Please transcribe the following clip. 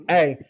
Hey